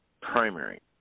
primary